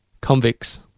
convicts